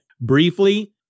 briefly